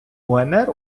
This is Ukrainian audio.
унр